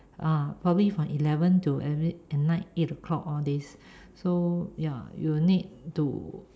ah probably from eleven to at night eight o'clock all this so ya you will need to